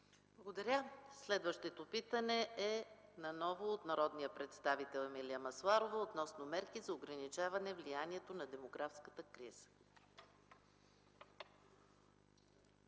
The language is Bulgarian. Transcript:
Благодаря. Следващото питане е отново от народния представител Емилия Масларова относно мерки за ограничаване влиянието на демографската криза.